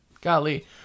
golly